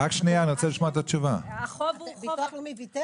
ביטוח לאומי ויתר?